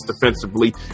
defensively